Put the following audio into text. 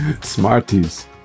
Smarties